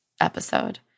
episode